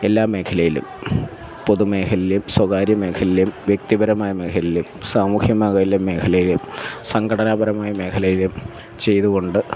എല്ലാ മേഖലയിലും പൊതുമേഖലയിലും സ്വകാര്യമേഖലയിലും വ്യക്തിപരമായ മേഖലയിലും സാമൂഹികമായ മേഖലയിലും സംഘടനാപരമായ മേഖലയിലും ചെയ്തുകൊണ്ട്